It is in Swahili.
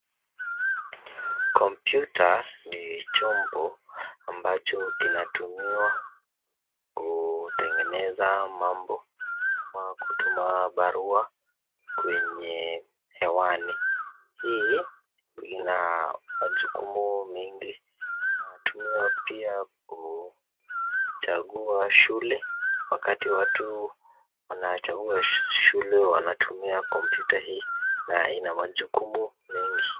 Kompyuta ni chombo ambacho kinatumiwa kutengeneza mambo kama kutuma barua kwenye hewani. Hii ina majukumu mengi. Inatumiwa pia kuchagua shule ,wakati watu wanachagua shule wanatumia kompyuta hii na ina majukumu mengi.